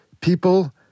people